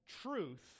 truth